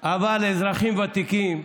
אבל אזרחים ותיקים,